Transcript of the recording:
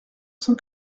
cent